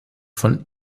von